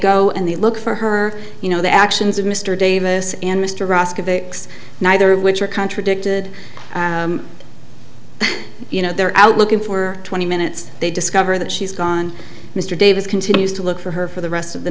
go and they look for her you know the actions of mr davis and mr ross neither of which are contradicted you know they're out looking for twenty minutes they discover that she's gone mr davis continues to look for her for the rest of the